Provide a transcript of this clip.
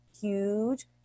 huge